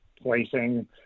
placing